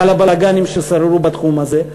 על הבלגנים ששררו בתחום הזה.